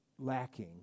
lacking